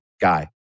guy